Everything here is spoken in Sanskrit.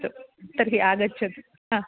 अस्तु तर्हि आगच्छतु हा